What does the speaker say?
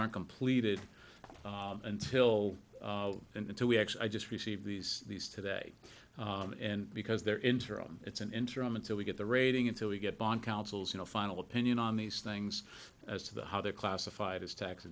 aren't completed until until we actually i just receive these these today because they're interim it's an interim until we get the rating until we get beyond counsel's you know final opinion on these things as to the how they're classified as tax